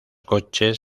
coches